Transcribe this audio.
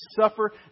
suffer